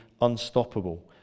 unstoppable